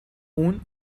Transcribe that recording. اون